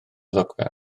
ddogfen